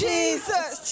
Jesus